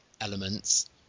elements